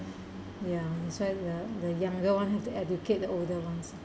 ya that's why the younger one have to educate the older ones